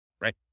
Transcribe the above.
Right